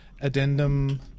addendum